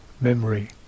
memory